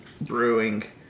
Brewing